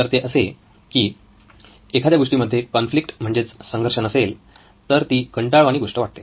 तर ते असे की एखाद्या गोष्टी मध्ये कॉन्फ्लिक्ट म्हणजेच संघर्ष नसेल तर ती कंटाळवाणी गोष्ट वाटते